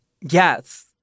Yes